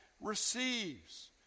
receives